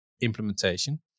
implementation